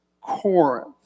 Corinth